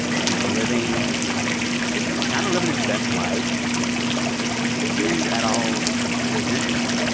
and he's living kind of living his best life did you at all resent that,